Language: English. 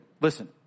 Listen